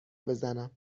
بزنم